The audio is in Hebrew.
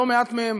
לא מעט מהן